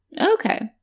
Okay